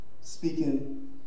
speaking